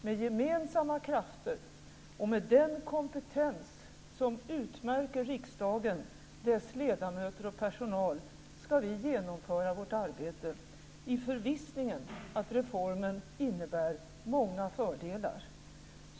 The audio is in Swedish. Med gemensamma krafter och med den kompetens som utmärker riksdagen, dess ledamöter och personal ska vi genomföra vårt arbete, i förvissningen att reformen innebär många fördelar.